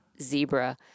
zebra